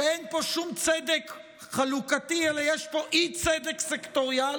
שאין פה שום צדק חלוקתי אלא יש פה אי-צדק סקטוריאלי?